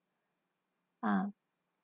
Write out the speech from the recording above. um